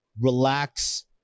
Relax